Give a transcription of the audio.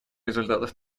результатов